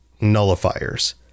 nullifiers